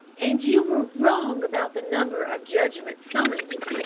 and you were wrong about the number of judgment summonses,